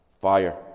fire